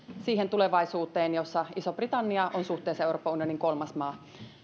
siihen tulevaisuuteen jossa iso britannia on suhteessa euroopan unioniin kolmas maa